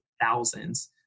thousands